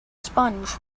sponge